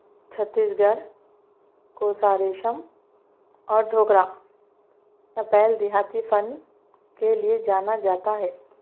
چھتیس گڑھ کوسا ریشم اور ڈھوکرا یا بیل دیہاتی فن کے لیے جانا جاتا ہے